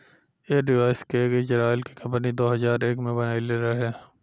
ऐ डिवाइस के एक इजराइल के कम्पनी दो हजार एक में बनाइले रहे